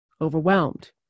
overwhelmed